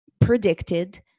predicted